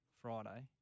Friday